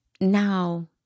Now